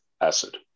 acid